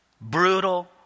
brutal